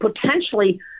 potentially